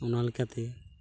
ᱚᱱᱟ ᱞᱮᱠᱟᱛᱮ